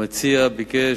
המציע ביקש,